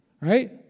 right